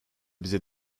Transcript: bize